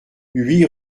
huit